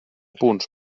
punts